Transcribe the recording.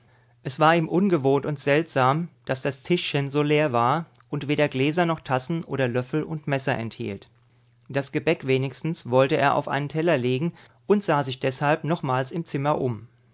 es war ihm ungewohnt und seltsam daß das tischchen so leer war und weder gläser noch tassen oder löffel und messer enthielt das gebäck wenigstens wollte er auf einen teller legen und sah sich deshalb nochmals im zimmer um